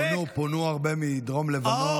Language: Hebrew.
פונו הרבה מדרום לבנון.